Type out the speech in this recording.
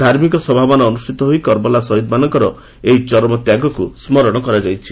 ଧାର୍ମିକ ସଭାମାନ ଅନୁଷ୍ଠିତ ହୋଇ କାର୍ବାଲା ସହିଦ୍ମାନଙ୍କର ଏହି ଚରମ ତ୍ୟାଗକୁ ସ୍ମରଣ କରାଯାଇଛି